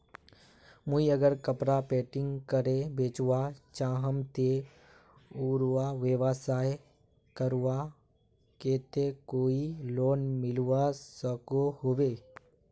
मुई अगर कपड़ा पेंटिंग करे बेचवा चाहम ते उडा व्यवसाय करवार केते कोई लोन मिलवा सकोहो होबे?